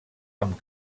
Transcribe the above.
amb